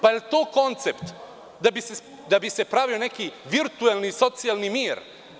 Da li je to koncept da bi se pravio neki virtuelni socijalni mir?